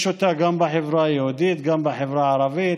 יש אותה גם בחברה היהודית, גם בחברה הערבית.